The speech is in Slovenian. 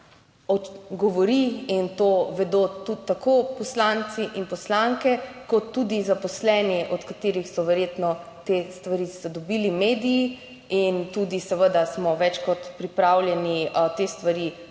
in to vedo tudi tako poslanci in poslanke kot tudi zaposleni, od katerih so verjetno te stvari dobili mediji. In tudi seveda smo več kot pripravljeni te stvari